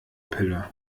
pille